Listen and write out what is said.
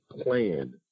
plan